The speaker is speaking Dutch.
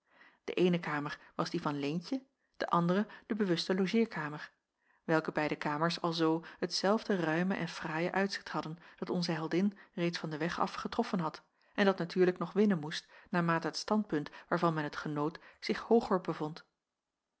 de eene kamer was die van leentje de andere de bewuste logeerkamer welke beide kamers alzoo hetzelfde ruime en fraaie uitzicht hadden dat onze heldin reeds van den weg af getroffen had en dat natuurlijk nog winnen moest naarmate het standpunt waarvan men het genoot zich hooger bevond